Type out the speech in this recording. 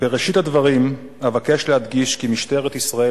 בראשית הדברים אבקש להדגיש כי משטרת ישראל